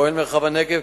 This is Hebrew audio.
מרחב הנגב,